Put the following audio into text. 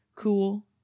cool